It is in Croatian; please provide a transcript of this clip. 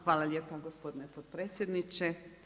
Hvala lijepa gospodine potpredsjedniče.